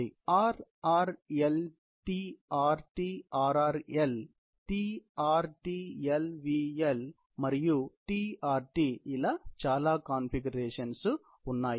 ఆ తర్వాత R R L T R T R R L T R T L V L మరియు T R T ఇలా చాలా ఉన్నాయి